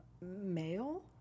male